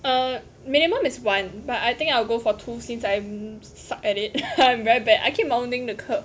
err minimum is one but I think I will go for two since I suck at it I am very bad I keep mounting the curb